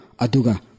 Aduga